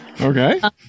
okay